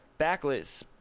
backlit